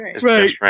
Right